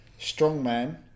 strongman